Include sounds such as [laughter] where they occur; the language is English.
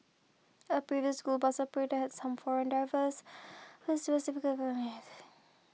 a previous school bus operator had some foreign drivers who [unintelligible]